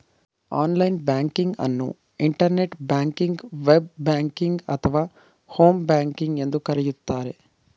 online banking ಅನ್ನು internet ಬ್ಯಾಂಕಿಂಗ್ವೆ, ಬ್ ಬ್ಯಾಂಕಿಂಗ್ ಅಥವಾ ಹೋಮ್ ಬ್ಯಾಂಕಿಂಗ್ ಎಂದು ಕರೆಯುತ್ತಾರೆ